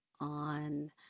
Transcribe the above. on